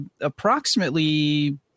approximately